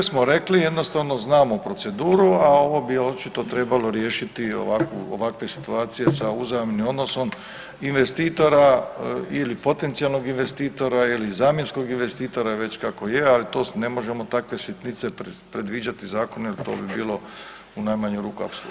Sve smo rekli, jednostavno znamo proceduru, a ovo bi očito trebalo riješiti ovakve situacije sa uzajamnim odnosom investitora ili potencijalnog investitora ili zamjenskog investitora već kako je, ali to ne možemo takve sitnice predviđati zakonom jel to bi bilo u najmanju ruku apsurdno.